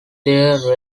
their